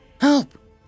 Help